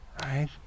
right